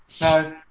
No